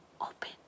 open